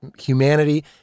humanity